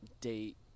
date